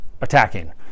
attacking